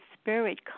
Spirit